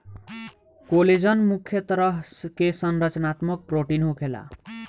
collagen मुख्य तरह के संरचनात्मक प्रोटीन होखेला